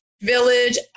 Village